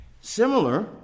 Similar